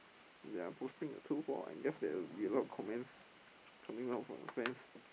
ya posting two four I guess there will be a lot of comments coming out from my friends